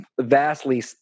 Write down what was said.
vastly